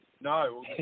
no